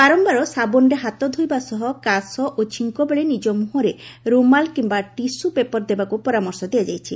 ବାରମ୍ଠାର ସାବୁନ୍ରେ ହାତ ଧୋଇବା ସହ କାଶ ଓ ଛିଙ୍କବେଳେ ନିଜ ମୁହଁରେ ରୁମାଲ୍ କିୟା ଟିସୁ ପେପର୍ ଦେବାକୁ ପରାମର୍ଶ ଦିଆଯାଇଛି